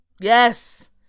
Yes